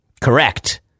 Correct